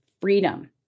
freedom